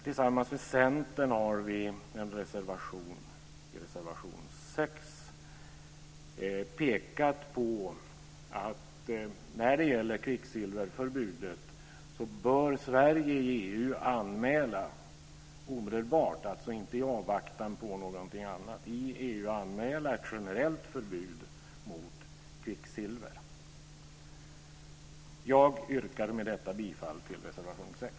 Tillsammans med Centern har vi i reservation 6 pekat på att Sverige bör i EU omedelbart anmäla - alltså inte i avvaktan på någonting annat - ett generellt förbud mot kvicksilver. Jag yrkar med detta bifall till reservation 6.